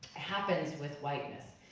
happens with whiteness.